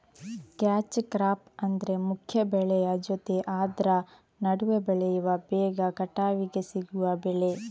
catch crop ಅಂದ್ರೆ ಮುಖ್ಯ ಬೆಳೆಯ ಜೊತೆ ಆದ್ರ ನಡುವೆ ಬೆಳೆಯುವ ಬೇಗ ಕಟಾವಿಗೆ ಸಿಗುವ ಬೆಳೆ